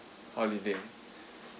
holiday